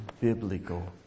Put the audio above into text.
biblical